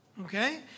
okay